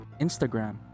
Instagram